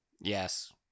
Yes